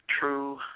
true